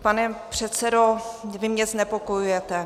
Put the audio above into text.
Pane předsedo, vy mě znepokojujete.